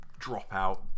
dropout